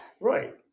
right